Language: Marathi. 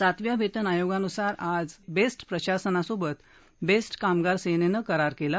सातव्या वेतन आयोगानुसार आज बेस्ट प्रशासनासोबत बेस्ट कामगार सेनेने करार केला